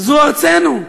זו ארצנו.